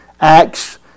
Acts